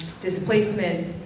displacement